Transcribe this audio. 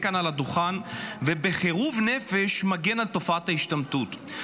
כאן על הדוכן ובחירוף נפש מגן על תופעת ההשתמטות.